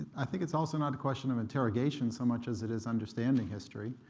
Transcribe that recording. i think it's also not a question of interrogation so much as it is understanding history.